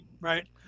Right